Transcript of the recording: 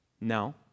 no